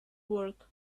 work